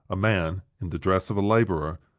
a man, in the dress of a laborer,